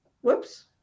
whoops